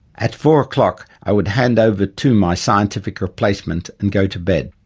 at four o'clock i would hand over to my scientific replacement and go to bed.